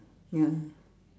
ya